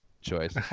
choice